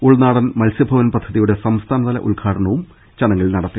ഉൾനാടൻ മത്സ്യഭവൻ പദ്ധതിയുടെ സംസ്ഥാനതല ഉദ്ഘാടനവും ചടങ്ങിൽ നടത്തി